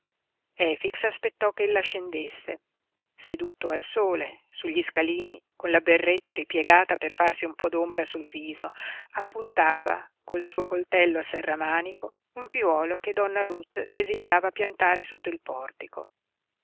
cenere efix aspettò ch'ella scendesse seduto al sole sugli scalini con la berretta ripiegata per farsi un po d'ombra sul viso appuntava col suo coltello a serramanico un piuolo che donna ruth desiderava piantare sotto il portico